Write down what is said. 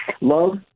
love